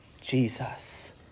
Jesus